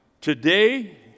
today